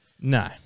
no